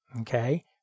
okay